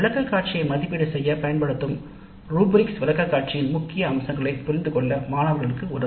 விளக்கக்காட்சியை மதிப்பீடு செய்யப் பயன்படும் ரூ பிரிக்ஸ் விளக்கக்காட்சியின் முக்கிய அம்சங்களை புரிந்துகொள்ள மாணவர்களுக்கு உதவும்